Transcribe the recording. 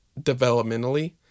developmentally